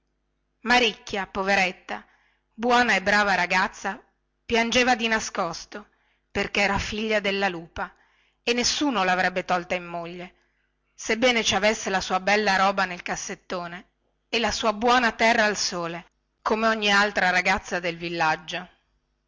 maricchia poveretta buona e brava ragazza piangeva di nascosto perchè era figlia della lupa e nessuno lavrebbe tolta in moglie sebbene ci avesse la sua bella roba nel cassettone e la sua buona terra al sole come ogni altra ragazza del villaggio